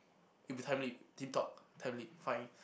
if you find